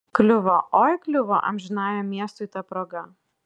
kliuvo oi kliuvo amžinajam miestui ta proga